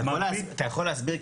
אתה יכול להסביר?